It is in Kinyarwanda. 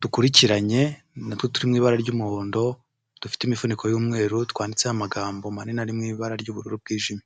dukurikiranye natwo turi mu ibara ry'umuhondo dufite imifuniko y'umweru twanditseho amagambo manini ari mu ibara ry'ubururu bwijimye.